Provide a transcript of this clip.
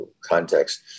context